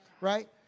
right